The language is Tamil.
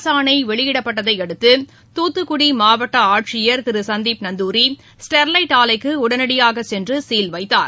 அரசாணைவெளியிடப்பட்டதைஅடுத்து துத்துக்குடிமாவட்டஆட்சியர் திருசந்தீப் நந்தூரி ஸ்டெர்லைட் ஆலைக்குஉடனடியாகச் சென்றுசீர் வைத்தார்